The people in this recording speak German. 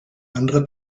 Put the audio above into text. andere